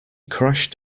crashed